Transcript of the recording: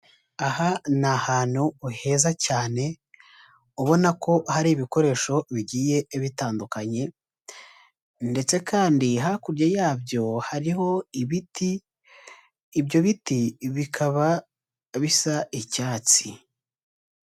Aha ni ahantu heza cyane, ubona ko hari ibikoresho bigiye bitandukanye ndetse kandi hakurya yabyo hariho ibiti, ibyo biti bikaba bisa icyatsi.